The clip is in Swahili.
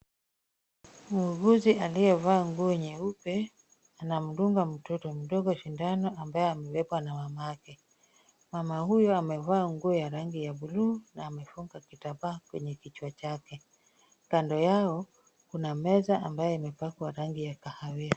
Muuguzi aliyevaa nguo nyeupe anamdunga mtoto mdogo sindano ambaye amebebwa na mamake. Mama huyu amevaa nguo ya rangi ya buluu na amefunga kitambaa kwenye kichwa chake. Kando yao, kuna meza ambayo imepakwa rangi ya kahawia.